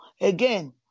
again